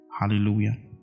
hallelujah